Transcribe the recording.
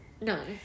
No